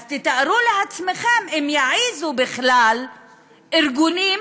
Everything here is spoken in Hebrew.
אז תתארו לעצמכם אם יעזו בכלל ארגונים